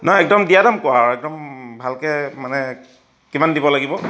নাই একদম দিয়া দাম কোৱা একদম ভালকৈ মানে কিমান দিব লাগিব